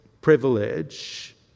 privilege